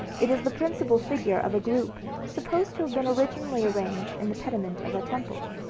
it is the principal figure of a group supposed to have been originally arranged in the pediment of a temple.